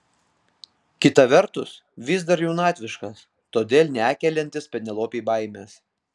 kita vertus vis dar jaunatviškas todėl nekeliantis penelopei baimės